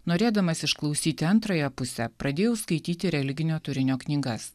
norėdamas išklausyti antrąją pusę pradėjau skaityti religinio turinio knygas